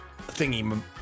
thingy